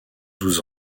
douze